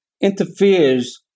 interferes